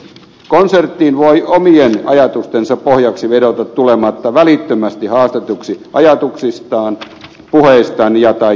konserttiin voi omien ajatustensa pohjaksi vedota tulematta välittömästi haastetuksi ajatuksistaan puheistaan tai kirjoituksistaan